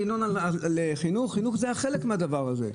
מדבר ינון על חינוך חינוך הוא חלק מן הדבר הזה.